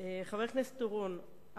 חבר הכנסת אורון,